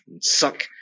suck